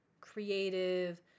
creative